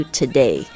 today